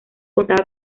contaba